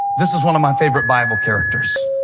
this is one of my favorite bible characters.